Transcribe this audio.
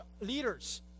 leaders